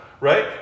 right